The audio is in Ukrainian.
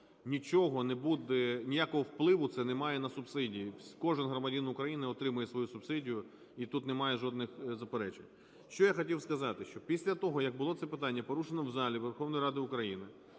ніякого впливу це не має на субсидії. Кожен громадянин України отримає свою субсидію і тут немає жодних заперечень. Що я хотів сказати, що після того як було це питання порушено в залі Верховної Ради України,